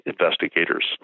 investigators